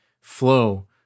flow